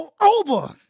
over